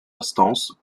instance